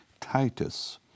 Titus